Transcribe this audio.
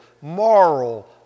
moral